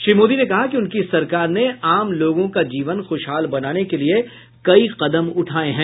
श्री मोदी ने कहा कि उनकी सरकार ने आम लोगों का जीवन खुशहाल बनाने के लिए कई कदम उठाये हैं